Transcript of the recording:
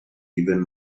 even